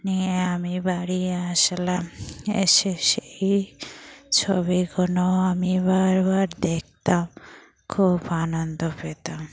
নিয়ে আমি বাড়ি আসলাম এসে সেই ছবিগুলো আমি বারবার দেখতাম খুব আনন্দ পেতাম